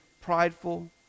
prideful